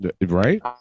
right